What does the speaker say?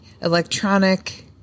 electronic